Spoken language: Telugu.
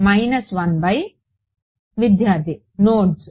మైనస్ 1 బై విద్యార్థి నోడ్స్